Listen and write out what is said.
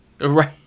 Right